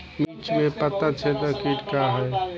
मिर्च में पता छेदक किट का है?